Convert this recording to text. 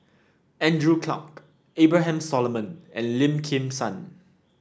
Andrew Clarke Abraham Solomon and Lim Kim San